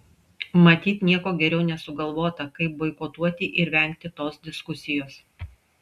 matyt nieko geriau nesugalvota kaip boikotuoti ir vengti tos diskusijos